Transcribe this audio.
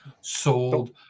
sold